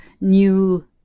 new